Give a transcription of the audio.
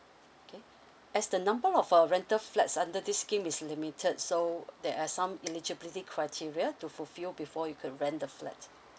okay as the number of our rental flats under this scheme is limited so there are some eligibility criteria to fulfill before you can rent the flat